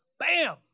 Bam